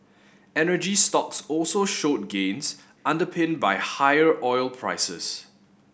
energy stocks also showed gains underpinned by higher oil prices